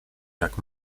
jak